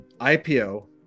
IPO